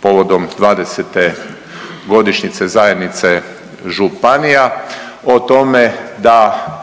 povodom 20 godišnjice zajednice županija o tome da